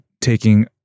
taking